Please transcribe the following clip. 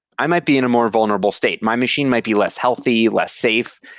i might be in a more vulnerable state. my machine might be less healthy, less safe,